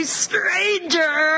stranger